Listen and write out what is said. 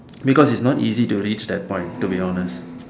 because it's not easy to reach that point to be honest